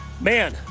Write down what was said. Man